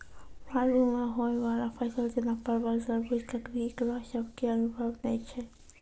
बालू मे होय वाला फसल जैना परबल, तरबूज, ककड़ी ईकरो सब के अनुभव नेय छै?